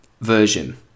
version